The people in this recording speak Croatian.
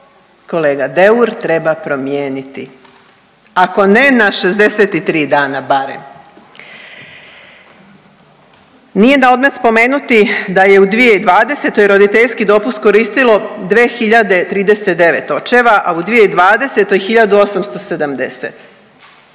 kolega Deur treba promijeniti ako ne na 63 dana barem. Nije na odmet spomenuti da je u 2020. roditeljski dopust koristilo 2.039, a u 2020. 1.870,